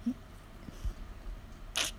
hmm